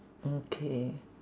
okay